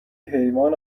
حیوان